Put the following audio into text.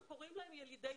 אנחנו קוראים להם ילידי חו"ל.